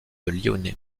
lyonnais